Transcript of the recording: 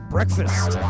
Breakfast